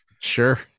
sure